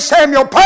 Samuel